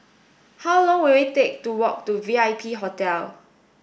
how long will it take to walk to V I P Hotel